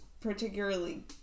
particularly